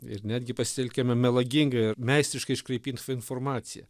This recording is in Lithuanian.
ir netgi pasitelkiame melagingą ir meistriškai iškreipytą informaciją